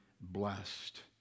blessed